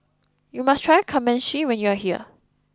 you must try Kamameshi when you are here